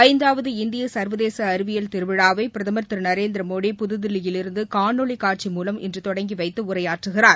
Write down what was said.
ஐந்தாவது இந்திய சர்வதேச அறிவியல் திருவிழாவை பிரதமர் திரு நரேந்திரமோடி புதுதில்லியிலிருந்து காணொளி காட்சி மூலம் இன்று தொடங்கி வைத்து உரையாற்றுகிறார்